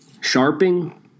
Sharping